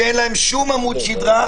שאין להם שום עמוד שדרה,